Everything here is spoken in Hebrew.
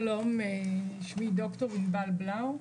שלום, שמי דוקטור ענבל בלאו,